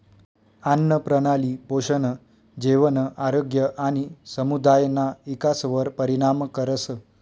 आन्नप्रणाली पोषण, जेवण, आरोग्य आणि समुदायना इकासवर परिणाम करस